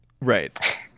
Right